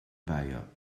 weyer